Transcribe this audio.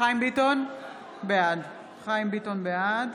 (קוראת בשמות חברי הכנסת) חיים ביטון, בעד